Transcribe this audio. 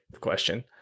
question